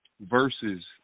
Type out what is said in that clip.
versus